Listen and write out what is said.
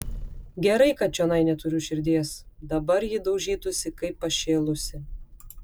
gerai kad čionai neturiu širdies dabar ji daužytųsi kaip pašėlusi